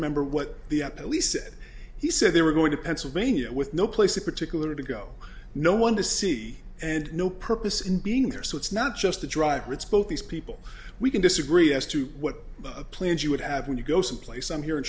remember what the police it he said they were going to pennsylvania with no place in particular to go no one to see and no purpose in being there so it's not just the driver it's both these people we can disagree as to what plans you would have when you go someplace i'm here in